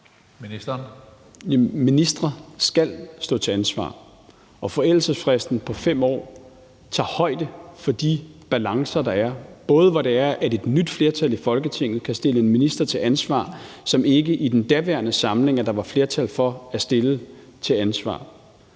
ministre skal stå til ansvar. Og forældelsesfristen på 5 år tager højde for de balancer, der er, også så et nyt flertal i Folketinget kan stille en minister til ansvar, som der i den daværende samling ikke var flertal for at stille til ansvar.